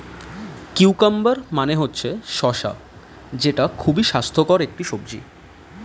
cucumber মানে হচ্ছে শসা যেটা খুবই স্বাস্থ্যকর একটি সবজি